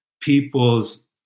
people's